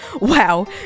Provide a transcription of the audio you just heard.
Wow